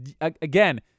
again